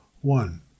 one